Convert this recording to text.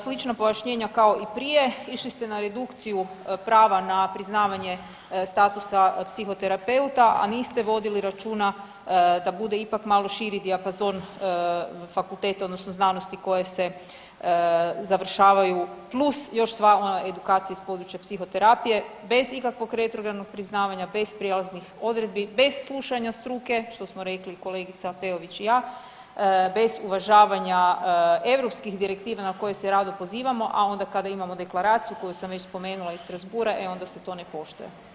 Slična pojašnjenja kao i prije išli ste na redukciju prava na priznavanje statusa psihoterapeuta, a niste vodili računa da bude ipak malo širi dijapazon fakulteta odnosno znanosti koje se završavaju plus još sva ona edukacija iz područja psihoterapije bez ikakvog retrogradnog priznavanja, bez prijelaznih odredbi, bez slušanja struke što smo rekli kolegica Peović i ja, bez uvažavanja europskih direktiva na koje se rado pozivamo, a onda kada imamo deklaraciju koju sam već spomenula iz Strasbourg-a e onda se to ne poštuje.